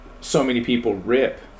so-many-people-rip